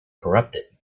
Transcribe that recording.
corrupted